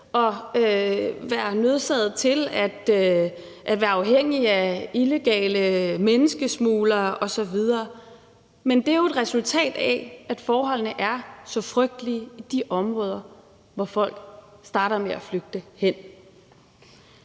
og være nødsaget til at være afhængige af illegale menneskesmuglere osv., men det er jo et resultat af, at forholdene er så frygtelige i de områder, som folk starter med at flygte til.